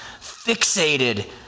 fixated